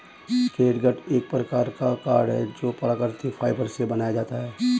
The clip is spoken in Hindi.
कैटगट एक प्रकार का कॉर्ड है जो प्राकृतिक फाइबर से बनाया जाता है